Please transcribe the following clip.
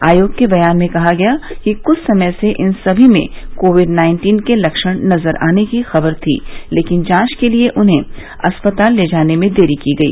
आयोग के बयान में कहा गया है कि कुछ समय से इन सभी में कोविड नाइन्टीन के लक्षण नजर आने की खबर थी लेकिन जांच के लिए उन्हें अस्पताल ले जाने में देरी की गई